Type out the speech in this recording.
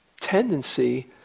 tendency